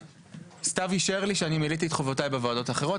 סתיו אישר לי שמילאתי את חובותיי בוועדות האחרות.